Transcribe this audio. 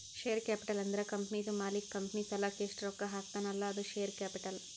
share capital ಅಂದುರ್ ಕಂಪನಿದು ಮಾಲೀಕ್ ಕಂಪನಿ ಸಲಾಕ್ ಎಸ್ಟ್ ರೊಕ್ಕಾ ಹಾಕ್ತಾನ್ ಅಲ್ಲಾ ಅದು ಶೇರ್ ಕ್ಯಾಪಿಟಲ್